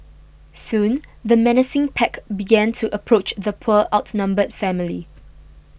soon the menacing pack began to approach the poor outnumbered family